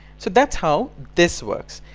so that's how this works.